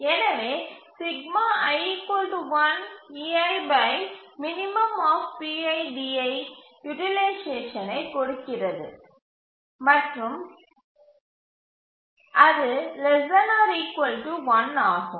எனவே யூட்டிலைசேஷனை கொடுக்கிறது மற்றும் ≤ 1 ஆகும்